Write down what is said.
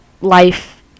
life